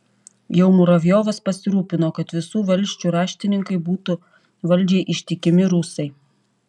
jau muravjovas pasirūpino kad visų valsčių raštininkai būtų valdžiai ištikimi rusai